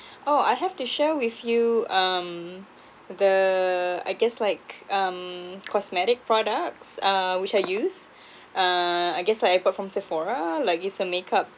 oh I have to share with you um the I guess like um cosmetic products uh which I use uh I guess like a perfume sephora like it's a makeup